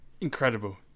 Incredible